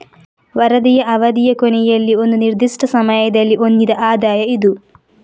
ವರದಿಯ ಅವಧಿಯ ಕೊನೆಯಲ್ಲಿ ಒಂದು ನಿರ್ದಿಷ್ಟ ಸಮಯದಲ್ಲಿ ಹೊಂದಿದ ಆದಾಯ ಇದು